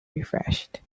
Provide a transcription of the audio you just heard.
refreshed